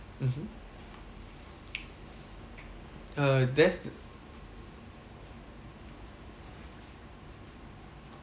mmhmm uh that's